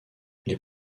les